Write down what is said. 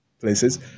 places